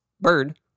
bird